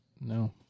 No